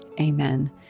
amen